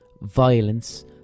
violence